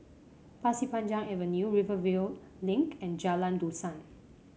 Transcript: Pasir Panjang Avenue Rivervale Link and Jalan Dusan